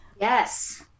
Yes